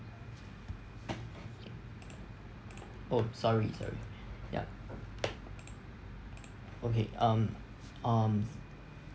oh sorry sorry ya okay um um